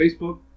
Facebook